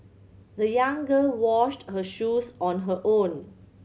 the young girl washed her shoes on her own